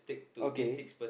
okay